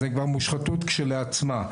זו כבר מושחתות כשלעצמה.